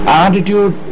attitude